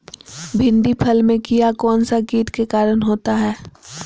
भिंडी फल में किया कौन सा किट के कारण होता है?